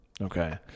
okay